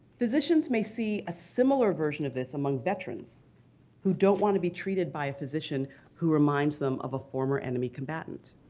physicians may see a similar version of this among veterans who don't want to be treated by a physician who reminds them of a former enemy combatant.